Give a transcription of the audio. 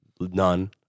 none